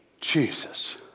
Jesus